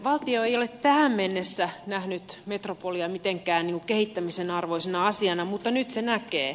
valtio ei ole tähän mennessä nähnyt metropolia mitenkään kehittämisen arvoisena asiana mutta nyt se näkee